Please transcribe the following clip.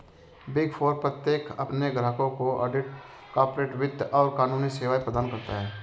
big four प्रत्येक अपने ग्राहकों को ऑडिट, कॉर्पोरेट वित्त और कानूनी सेवाएं प्रदान करता है